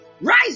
rise